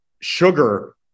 sugar